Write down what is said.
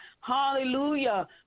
Hallelujah